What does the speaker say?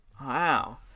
Wow